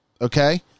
okay